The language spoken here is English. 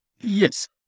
Yes